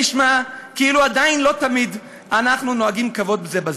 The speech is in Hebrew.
כאילו עדיין לא תמיד אנחנו נוהגים כבוד זה בזה.